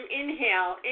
inhale